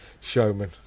showman